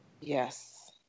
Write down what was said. yes